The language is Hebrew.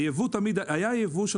היה ייבוא של